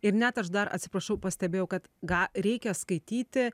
ir net aš dar atsiprašau pastebėjau kad ga reikia skaityti